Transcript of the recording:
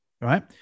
right